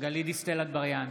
גלית דיסטל אטבריאן,